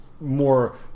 more